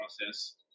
process